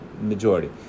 majority